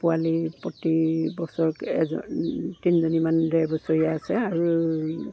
পোৱালি প্ৰতি বছৰ এজন তিনিজনীমান ডেৰ বছৰে আছে আৰু